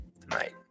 tonight